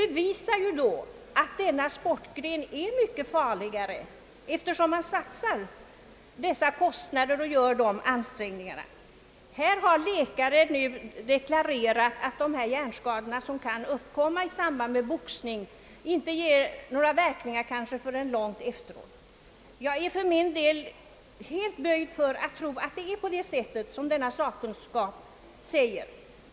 Att man lägger ned dessa kostnader och ansträngningar bevisar alt denna sportgren är mycket farligare. Läkare har deklarerat att de hjärnskador som kan uppkomma i samband med boxning kanske inte ger några verkningar förrän långt efteråt. Jag är för min del böjd för att tro att det är så som denna sakkunskap menar.